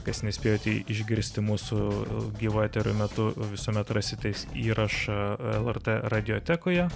kas nespėjote išgirsti mūsų gyvo eterio metu visuomet rasite įrašą lrt radiotekoje